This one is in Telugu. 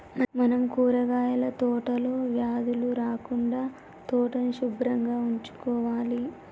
మనం కూరగాయల తోటలో వ్యాధులు రాకుండా తోటని సుభ్రంగా ఉంచుకోవాలి